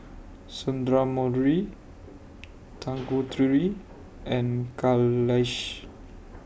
Sundramoorthy Tanguturi and Kailash